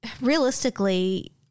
Realistically